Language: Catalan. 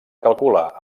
calcular